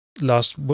last